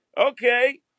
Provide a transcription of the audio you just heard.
Okay